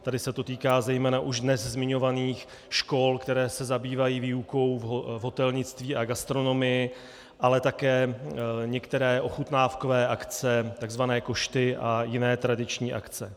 Tady se to týká zejména už dnes zmiňovaných škol, které se zabývají výukou v hotelnictví a gastronomii, ale také některé ochutnávkové akce, tzv. košty a jiné tradiční akce.